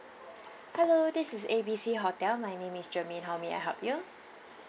hello this is A B C hotel my name is germaine how may I help you